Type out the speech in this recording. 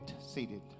seated